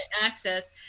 access